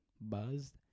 buzzed